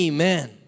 Amen